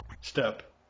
step